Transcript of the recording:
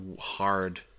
hard